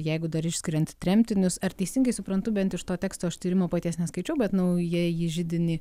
jeigu dar išskiriant tremtinius ar teisingai suprantu bent iš to teksto aš tyrimo paties neskaičiau bet naujajį židinį